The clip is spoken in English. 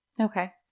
Okay